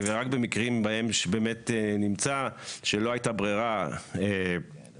ורק במקרים בהם נמצא שלא הייתה ברירה ומדובר